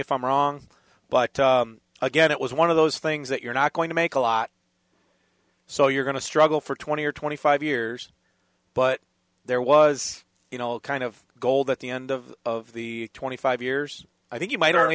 if i'm wrong but again it was one of those things that you're not going to make a lot so you're going to struggle for twenty or twenty five years but there was you know a kind of gold at the end of the twenty five years i think you might